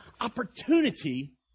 opportunity